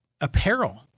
Apparel